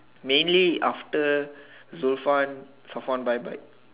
maybe after Zufwan Safwan died right